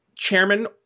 chairman